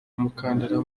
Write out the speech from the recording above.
umukandara